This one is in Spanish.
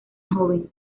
joven